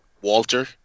Walter